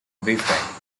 brief